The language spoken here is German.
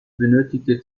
benötigte